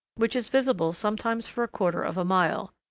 which is visible sometimes for a quarter of a mile.